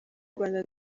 rwanda